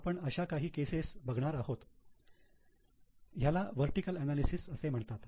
आपण अशा काही केसेस बघणार आहोत ह्याला वर्टीकल अनालिसेस असे म्हणतात